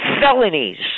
felonies